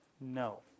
No